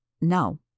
No